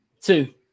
Two